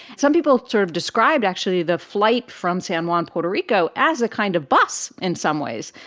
some people sort of described actually the flight from san juan, puerto rico, as a kind of bus. in some ways,